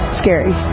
scary